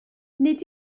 nid